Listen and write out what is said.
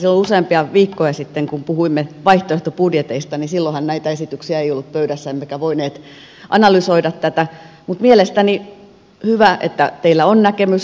silloin useampia viikkoja sitten kun puhuimme vaihtoehtobudjeteista silloinhan näitä esityksiä ei ollut pöydässä emmekä voineet analysoida tätä mutta mielestäni on hyvä että teillä on näkemys